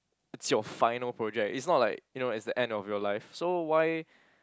it's your final project it's not like you know it's the end of your life so why